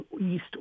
East